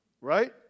right